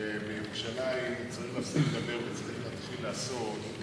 שבירושלים צריך להפסיק לדבר וצריך להתחיל לעשות,